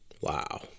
Wow